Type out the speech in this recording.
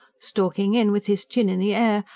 stalking in with his chin in the air,